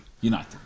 United